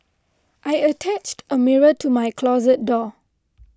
I attached a mirror to my closet door